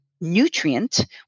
nutrient